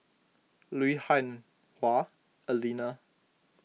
Lui Hah Wah Elena